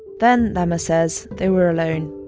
then, lama says, they were alone.